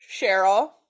Cheryl